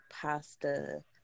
pasta